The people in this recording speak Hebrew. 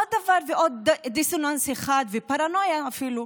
עוד דבר, עוד דיסוננס אחד, פרנויה אפילו,